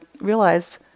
realized